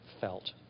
felt